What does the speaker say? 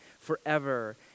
forever